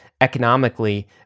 economically